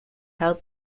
held